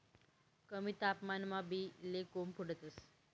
कमी तापमानमा बी ले कोम फुटतंस